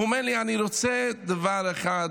הוא אמר לי: אני רוצה דבר אחד,